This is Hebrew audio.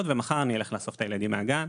ומחר אני אלך לאסוף את הילדים מהגן,